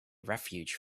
refuge